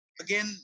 again